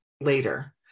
later